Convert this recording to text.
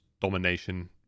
domination